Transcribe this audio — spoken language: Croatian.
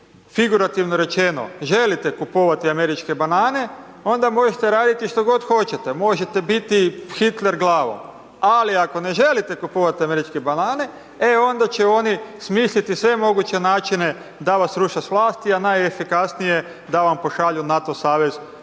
figurativno rečeno želite kupovati američke banane onda možete raditi što god hoćete, možete biti Hitler glavom ali ako ne želite kupovati američke banane, e onda će oni smisliti sve moguće načine da vas sruše sa vlasti a najefikasnije da vam pošalju NATO savez